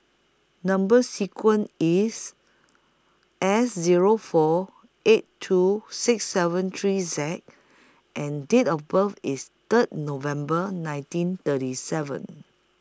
Number sequence IS S Zero four eight two six seven three Z and Date of birth IS Third November nineteen thirty seven